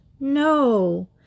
No